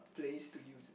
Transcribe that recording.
place to use